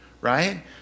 Right